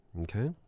okay